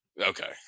okay